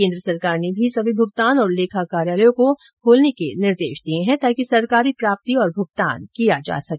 केन्द्र सरकार ने भी सभी भुगतान और लेखा कार्यालयों को आज खोलने का निर्देश दिया है ताकि सरकारी प्राप्ति और भुगतान किया जा सके